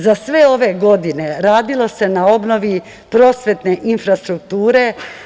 Za sve ove godine radilo se na obnovi prosvetne infrastrukture.